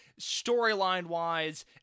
Storyline-wise